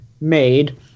made